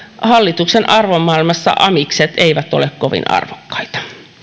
hallituksen arvomaailmassa amikset eivät ole kovin arvokkaita